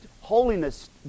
holiness